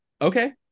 Okay